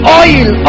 oil